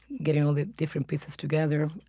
getting all the different pieces together.